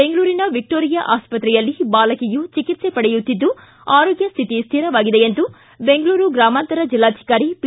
ಬೆಂಗಳೂರಿನ ವಿಕ್ಲೋರಿಯಾ ಆಸ್ಪತ್ರೆಯಲ್ಲಿ ಬಾಲಕಿಯು ಚಿಕಿತ್ಸೆ ಪಡೆಯುತ್ತಿದ್ದು ಆರೋಗ್ಯ ಸ್ಥಿತಿ ಸ್ಥಿರವಾಗಿದೆ ಎಂದು ಬೆಂಗಳೂರು ಗ್ರಾಮಾಂತರ ಜಿಲ್ಲಾಧಿಕಾರಿ ಪಿ